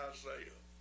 Isaiah